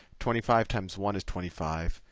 twenty five times one is twenty five.